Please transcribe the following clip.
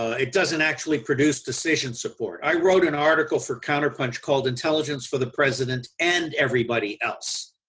it doesn't actually produce decision support. i wrote an article for counterpunch called, intelligence for the president and everybody else,